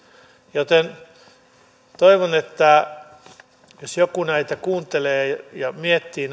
joten toivon jos joku näitä puheita kuuntelee ja miettii